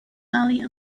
valley